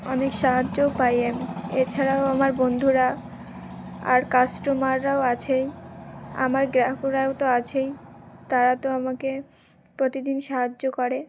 অনেক সাহায্যও পাই আমি এছাড়াও আমার বন্ধুরা আর কাস্টমাররাও আছেই আমার গ্রাহকরাও তো আছেই তারা তো আমাকে প্রতিদিন সাহায্য করে